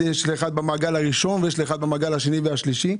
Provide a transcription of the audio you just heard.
לאחד יש במעגל הראשון או לשני במעגל השני והשלישי.